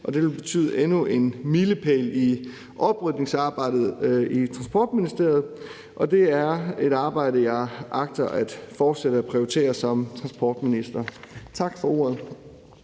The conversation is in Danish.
Det vil være endnu en milepæl i oprydningsarbejdet i Transportministeriet, og det er et arbejde, jeg agter at fortsætte at prioritere som transportminister. Tak for ordet.